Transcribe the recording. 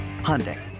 Hyundai